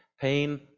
Pain